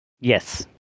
Yes